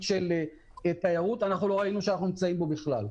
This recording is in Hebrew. של תיירות ואנחנו לא ראינו שאנחנו נמצאים בו בכלל.